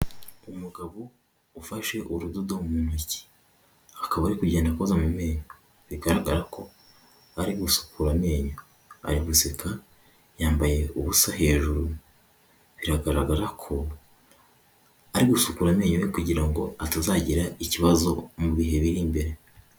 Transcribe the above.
Umugabo ufashe urudodo mu ntoti akaba ari kugenda akoza mu menyo, bigaragara ko ari gusukura amenyo ari guseka yambaye ubusa hejuru, biragaragara ko ari gusukura amenyo ye kugira ngo atazagira ikibazo mu bihe biri imbere.